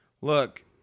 Look